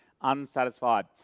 unsatisfied